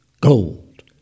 gold